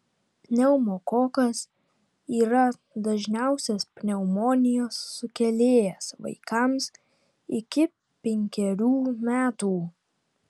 pneumokokas yra dažniausias pneumonijos sukėlėjas vaikams iki penkerių metų